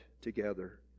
together